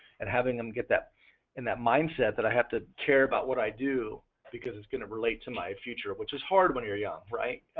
and having them get that and that mindset that i have to care about what i do because it's going to relate to my future which is hard when you're young, right?